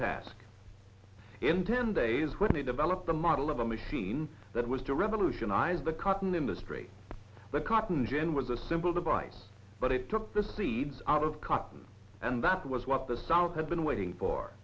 task in ten days when they developed the model of a machine that was to revolutionize the cotton industry the cotton gin was a simple device but it took the seeds out of cotton and that was what the south had been waiting for